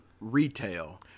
Retail